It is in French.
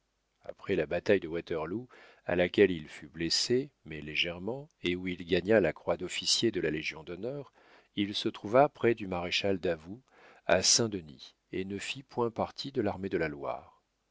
après la bataille de waterloo à laquelle il fut blessé mais légèrement et où il gagna la croix d'officier de la légion-d'honneur il se trouva près du maréchal davoust à saint-denis et ne fit point partie de l'armée de la loire